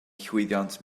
llwyddiant